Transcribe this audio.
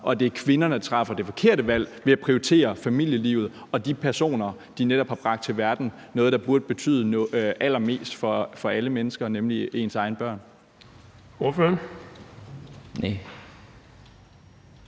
at det er kvinderne, der træffer det forkerte valg ved at prioritere familielivet og de personer, de netop har bragt til verden, noget, der burde betyde allermest for alle mennesker, nemlig ens egne børn? Kl.